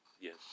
yes